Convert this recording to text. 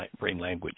language